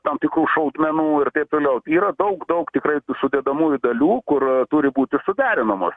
tam tikrų šaudmenų ir taip toliau yra daug daug tikrai sudedamųjų dalių kur turi būti suderinamos